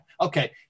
Okay